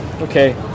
Okay